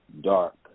dark